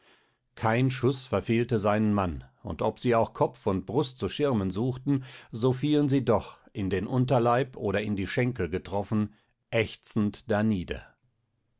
kein schuß verfehlte seinen mann und ob sie auch kopf und brust zu schirmen suchten so fielen sie doch in den unterleib oder in die schenkel getroffen ächzend